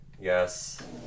Yes